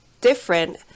different